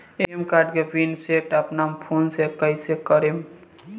ATM card के pin set अपना phone से कइसे करेम?